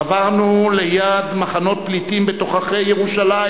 עברנו ליד מחנות פליטים בתוככי ירושלים